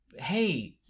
hey